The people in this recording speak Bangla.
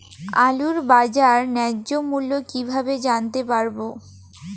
আলুর বাজার ন্যায্য মূল্য কিভাবে জানতে পারবো?